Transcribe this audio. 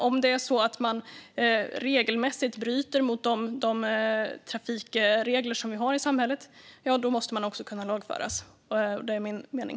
Om man regelmässigt bryter mot de trafikregler som vi har i samhället måste man kunna lagföras. Det är min mening.